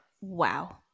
wow